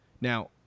Now